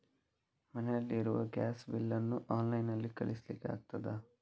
ಮನೆಯಲ್ಲಿ ಇರುವ ಗ್ಯಾಸ್ ನ ಬಿಲ್ ನ್ನು ಆನ್ಲೈನ್ ನಲ್ಲಿ ಕಳಿಸ್ಲಿಕ್ಕೆ ಆಗ್ತದಾ?